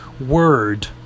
word